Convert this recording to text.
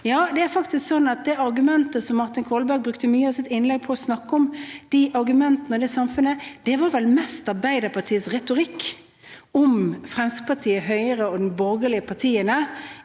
Ja, det er faktisk sånn at de argumentene som Martin Kolberg brukte mye av sitt innlegg på å snakke om, og det samfunnet han snakket om, var vel mest Arbeiderpartiets retorikk om Fremskrittspartiet, Høyre og de borgerlige partiene,